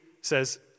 says